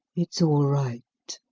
it's all right,